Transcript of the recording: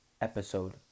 episode